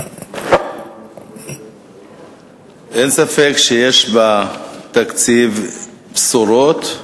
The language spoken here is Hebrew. אין ספק שיש בתקציב בשורות,